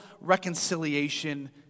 reconciliation